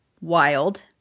wild